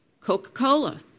Coca-Cola